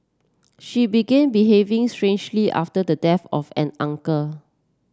she began behaving strangely after the death of an uncle